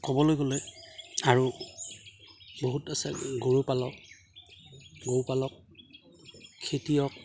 ক'বলৈ গ'লে আৰু বহুত আছে গৰু পালক গৰু পালক খেতিয়ক